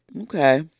Okay